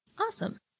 Awesome